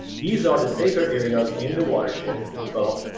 these are the safer areas in the water shed to develop.